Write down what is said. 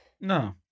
No